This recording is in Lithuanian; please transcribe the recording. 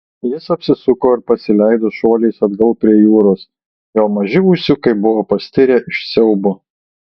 jis apsisuko ir pasileido šuoliais atgal prie jūros jo maži ūsiukai buvo pastirę iš siaubo